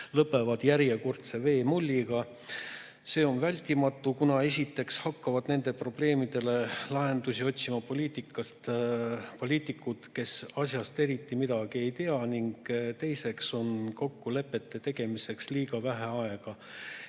lõpevad järjekordse veemulliga. See on vältimatu, kuna esiteks hakkavad nendele probleemidele lahendusi otsima poliitikud, kes asjast eriti midagi ei tea, ning teiseks on kokkulepete tegemiseks liiga vähe aega.